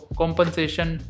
compensation